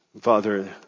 Father